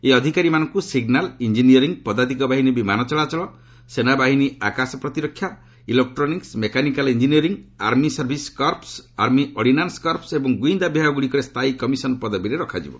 ଏହି ଅଧିକାରୀମାନଙ୍କୁ signal engineering ପଦାତିକ ବାହିନୀ ବିମାନ ଚଳାଚଳ ସେନାବାହିନୀ ଆକାଶ ପ୍ରତିରକ୍ଷା electronics mechanical engineering army service corps army ordnance corps ଏବଂ ଗୁଇନ୍ଦା ବିଭାଗଗୁଡ଼ିକରେ ସ୍ଥାୟୀ କମିଶନ୍ ପଦବୀରେ ରଖାଯିବ